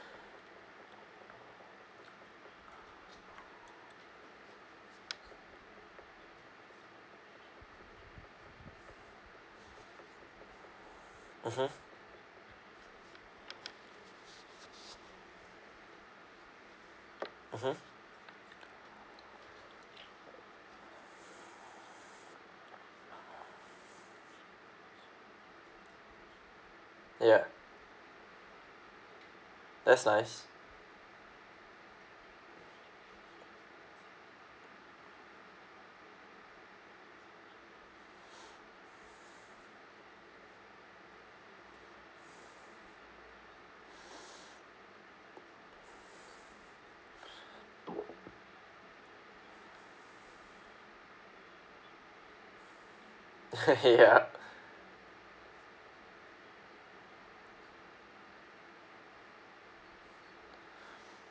mmhmm mmhmm ya that's nice ya